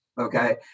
okay